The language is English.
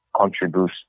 contribute